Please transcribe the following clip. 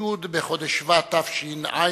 י' בחודש שבט התש"ע,